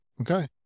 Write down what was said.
okay